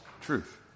truth